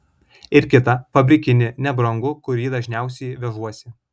ir kitą fabrikinį nebrangų kurį dažniausiai vežuosi